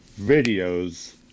videos